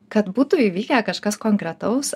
kad būtų įvykę kažkas konkretaus